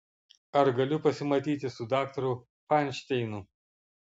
ar galiu pasimatyti su daktaru fainšteinu